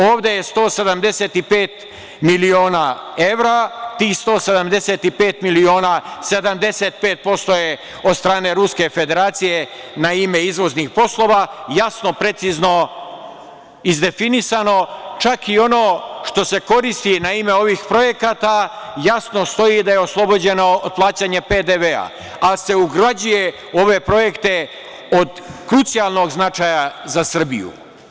Ovde je 175 miliona evra, tih 175 miliona, 75% je od strane Ruske Federacije na ime izvoznih poslova, jasno i precizno izdefinisano, čak i ono što se koristi na ime ovih projekata jasno stoji da je oslobođeno od plaćanja PDV, ali se ugrađuje u ove projekte od krucijalnog značaja za Srbiju.